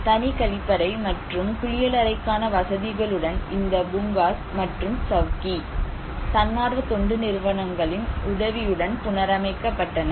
தனி கழிப்பறை மற்றும் குளியலறைக்கான வசதிகளுடன் இந்த பூங்காஸ் மற்றும் சவ்கி தன்னார்வ தொண்டு நிறுவனங்களின் உதவியுடன் புனரமைக்கப் பட்டன